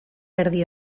erdi